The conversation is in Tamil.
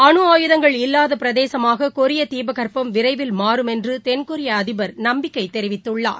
அனு ஆயுதங்கள் இல்லாதபிரதேசமாககொரியதீபகற்பகம் விரைவில் மாறும் என்றதென்கொரியஅதிபா் நம்பிக்கைதெரிவித்துள்ளார்